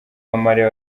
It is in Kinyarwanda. uwamariya